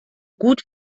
gut